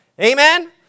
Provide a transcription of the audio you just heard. Amen